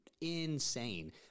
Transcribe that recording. insane